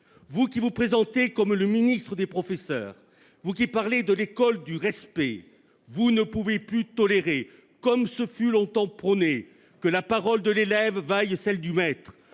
Vous qui vous présentez comme le « ministre des professeurs », vous qui parlez d'« école du respect », vous ne pouvez plus tolérer, comme ce fut longtemps prôné, que la parole de l'élève vaille celle du maître,